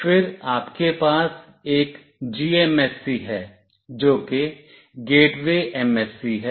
फिर आपके पास एक GMSC है जो कि गेटवे एमएससी है